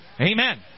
Amen